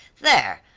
there,